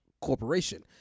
corporation